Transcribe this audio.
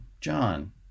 John